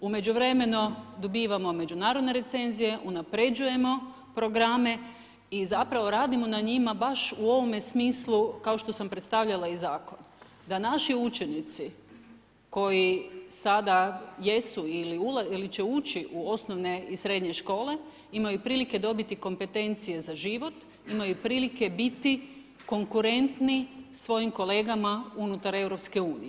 U međuvremenu dobivamo međunarodne recenzije, unapređujemo programe i zapravo radimo na njima baš u ovome smislu kao što sam predstavljala i zakon, da naši učenici koji sada jesu ili će ući u osnovne i srednje škole imaju prilike dobiti kompetencije za život, imaju prilike biti konkurentni svojim kolegama unutar EU.